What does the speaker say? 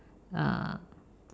uh